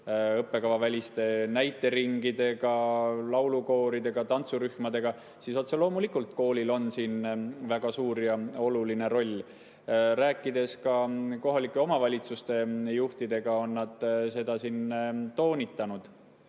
õppekavaväliste näiteringidega, laulukooridega, tantsurühmadega – otse loomulikult on koolil siin väga suur ja oluline roll. Kui olen rääkinud ka kohalike omavalitsuste juhtidega, siis nad on seda toonitanud.